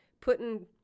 putting